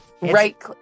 right